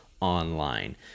online